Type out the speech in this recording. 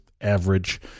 average